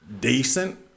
decent